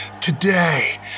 Today